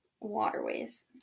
waterways